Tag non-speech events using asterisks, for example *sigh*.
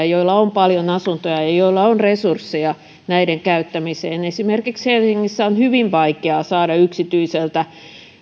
*unintelligible* joilla on paljon asuntoja ja ja joilla on resursseja näiden käyttämiseen esimerkiksi helsingissä on hyvin vaikeaa saada yksityiseltä